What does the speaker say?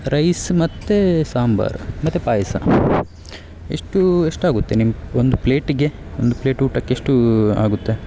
rice ಮತ್ತು ಸಾಂಬಾರು ಮತ್ತು ಪಾಯಸ ಇಷ್ಟೂ ಎಷ್ಟು ಆಗುತ್ತೆ ನಿಮ್ಮ ಒಂದು ಪ್ಲೇಟಿಗೆ ಒಂದು ಪ್ಲೇಟ್ ಊಟಕ್ಕೆ ಎಷ್ಟು ಆಗುತ್ತೆ